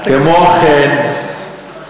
כמו כן,